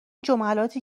جملاتی